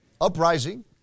uprising